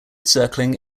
circling